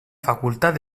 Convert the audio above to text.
facultat